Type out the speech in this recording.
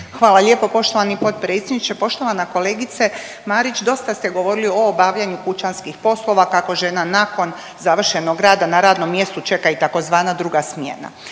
Hvala lijepo poštovani potpredsjedniče. Poštovana kolegice Marić, dosta ste govorili o obavljanju kućanskih poslova, kako žena nakon završenog rada na radnom mjestu čeka i tzv. druga smjena.